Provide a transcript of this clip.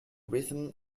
rhythm